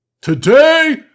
today